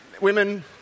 Women